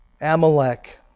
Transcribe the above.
Amalek